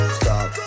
stop